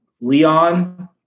Leon